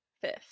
Fifth